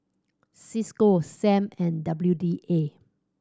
Cisco Sam and W D A